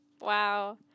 Wow